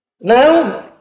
Now